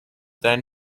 then